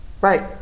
Right